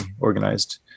organized